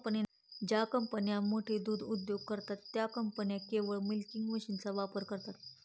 ज्या कंपन्या मोठे दूध उद्योग करतात, त्या कंपन्या केवळ मिल्किंग मशीनचा वापर करतात